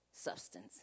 substance